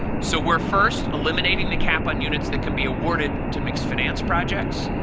so we're first eliminating the cap on units that can be awarded to mixed finance projects,